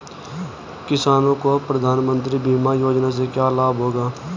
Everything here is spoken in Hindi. किसानों को प्रधानमंत्री बीमा योजना से क्या लाभ होगा?